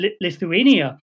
Lithuania